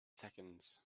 seconds